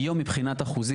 היום מבחינה אחוזית,